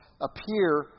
appear